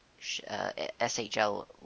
shl